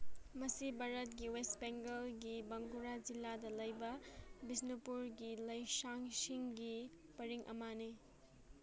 ꯃꯁꯤ ꯚꯥꯔꯠꯀꯤ ꯋꯦꯁ ꯕꯦꯡꯒꯜꯒꯤ ꯕꯪꯒꯣꯔꯥ ꯖꯤꯂꯥꯗ ꯂꯩꯕ ꯕꯤꯁꯅꯨꯄꯨꯔꯒꯤ ꯂꯥꯏꯁꯪꯁꯤꯡꯒꯤ ꯄꯔꯤꯡ ꯑꯃꯅꯤ